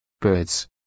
Birds